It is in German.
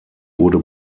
wurde